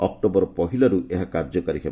October ପହିଲାରୁ ଏହା କାର୍ଯ୍ୟକାରୀ ହେବ